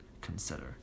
consider